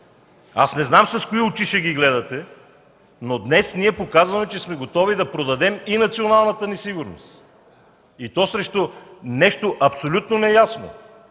Аз не знам с кои очи ще ги гледате, но днес ние показваме, че сме готови да продадем и националната ни сигурност, и то срещу нещо абсолютно неясно.